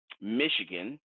Michigan